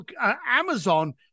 Amazon